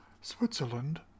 Switzerland